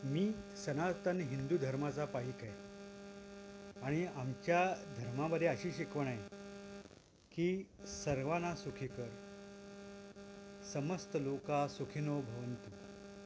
मी सनातन हिंदू धर्माचा पाईक आहे आणि आमच्या धर्मामध्ये अशी शिकवण आहे की सर्वांना सुखी कर समस्त लोका सुखिनो भवन्तु